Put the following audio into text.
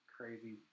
crazy